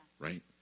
right